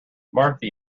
marthe